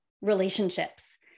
relationships